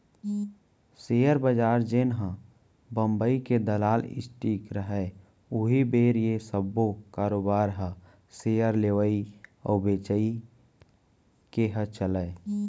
share बजार जेनहा बंबई के दलाल स्टीक रहय उही मेर ये सब्बो कारोबार ह सेयर लेवई अउ बेचई के ह चलय